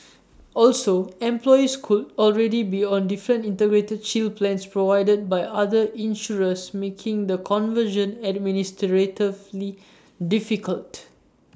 also employees could already be on different integrated shield plans provided by other insurers making the conversion administratively difficult